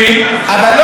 וכאן גברתי,